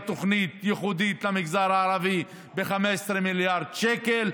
תוכנית ייחודית למגזר הערבי ב-15 מיליארד שקלים.